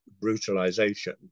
brutalization